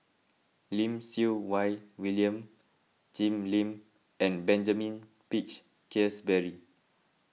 Lim Siew Wai William Jim Lim and Benjamin Peach Keasberry